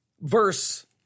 verse